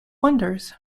wonders